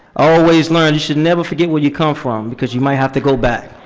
always learn you should never forget where you come from because you might have to go back.